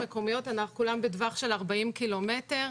כולן בטווח של 40 ק"מ,